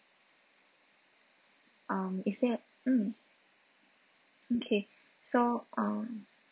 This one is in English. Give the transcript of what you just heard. um is there mm okay so um